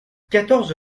quatorze